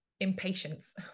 impatience